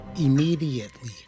Immediately